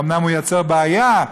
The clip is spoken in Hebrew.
אומנם הוא יוצר בעיה,